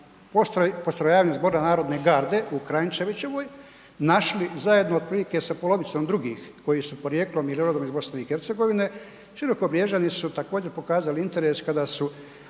postrojavanje Zbora narodne garde u Kranjčevićevoj našli zajedno otprilike sa polovicom drugih koji su porijeklom i rodom iz BiH, Širokobriježani su, također, pokazali interes kada su,